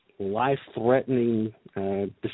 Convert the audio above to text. life-threatening